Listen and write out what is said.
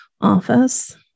office